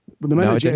No